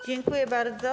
Dziękuję bardzo.